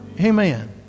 Amen